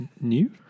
New